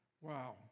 Wow